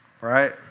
right